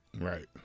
Right